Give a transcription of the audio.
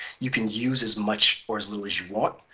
you can use as much or as little as you want.